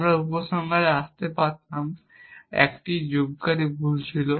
আমরা উপসংহারে আসতে পারতাম যে 1 যোগকারী ভুল ছিল